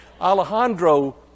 Alejandro